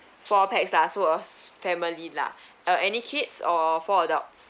four pax lah so was family lah uh any kids or four adults